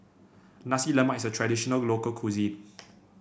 Nasi Lemak is a traditional local cuisine